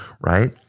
right